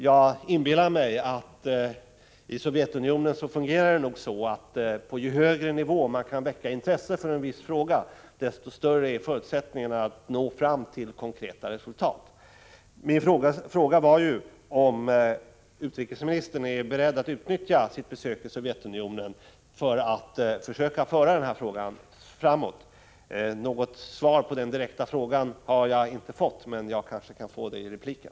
Jag inbillar mig att det i Sovjetunionen nog fungerar på ett sådant sätt att på ju högre nivå man kan väcka intresse för en viss fråga, desto större är förutsättningarna för att nå fram till konkreta resultat. Min fråga var om utrikesministern är beredd att utnyttja sitt besök i Sovjetunionen för att försöka föra den här frågan framåt. Något svar på den direkta frågan har jag inte fått, men jag kanske kan få det i repliken.